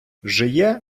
жиє